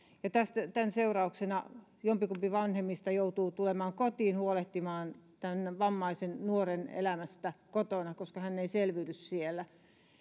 tämän seurauksena jompikumpi vanhemmista joutuu tulemaan kotiin huolehtimaan tämän vammaisen nuoren elämästä kotona koska hän ei selviydy siellä